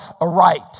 aright